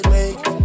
make